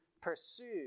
pursue